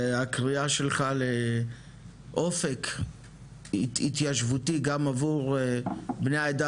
והקריאה שלך לאופק התיישבותי גם עבור בני העדה